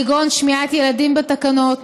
כגון שמיעת ילדים בתקנות,